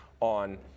on